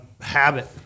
habit